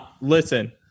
Listen